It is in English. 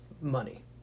money